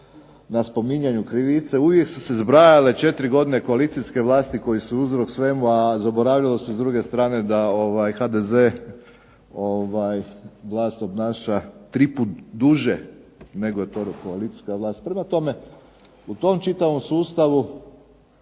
na spominjanju krivice, uvijek su se zbrajale četiri godine koalicijske vlasti koje su uzrok svemu a zaboravilo se s druge strane da HDZ VLAST obnaša tri puta duže nego je to koalicijska vlast. Prema tome, u tom čitavom sustavu